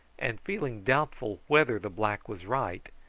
and feeling doubtful whether the black was right,